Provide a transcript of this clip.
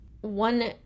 One